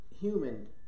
human